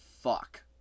fuck